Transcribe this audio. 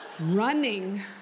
running